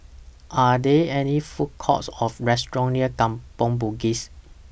Are There any Food Courts Or restaurants near Kampong Bugis